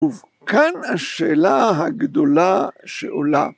וכאן השאלה הגדולה שעולה.